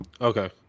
Okay